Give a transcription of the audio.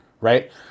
right